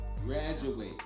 graduate